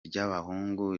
ry’abahungu